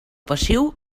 passiu